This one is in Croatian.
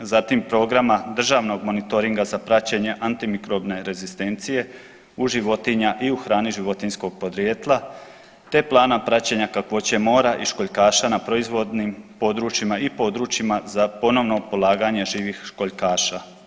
Zatim programa državnog monitoringa za praćenje antimikrobne rezistencije u životinja i u hrani životinjskog podrijetla te plana praćenja kakvoće mora i školjkaša na proizvodnim područjima i područjima za ponovno polaganje živih školjkaša.